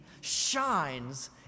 shines